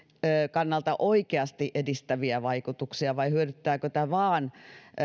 kannalta oikeasti edistäviä vaikutuksia vai hyödyttääkö tämä vain